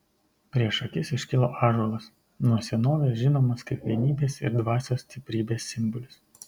prieš akis iškilo ąžuolas nuo senovės žinomas kaip vienybės ir dvasios stiprybės simbolis